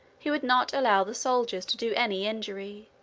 he would not allow the soldiers to do any injury.